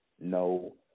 no